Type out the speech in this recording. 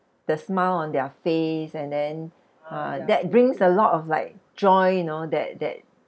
the smile on their face and then ah that brings a lot of like joy you know that that